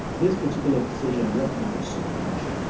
this particular decision won't matter so much.